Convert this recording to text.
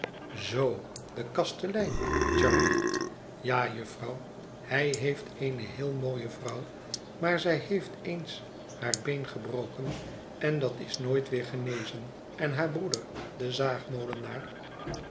zoo de kastelein charley ja jufvrouw hij heeft eene heel mooie vrouw maar zij heeft eens haar been gebroken en da is nooit weer genezen en haar broeder de